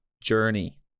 journey